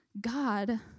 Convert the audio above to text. God